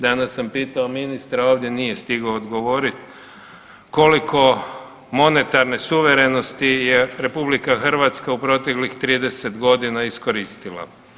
Danas sam pitao ministra ovdje nije stigao odgovorit koliko monetarne suverenosti je RH u proteklih 30 godina iskoristila.